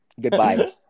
Goodbye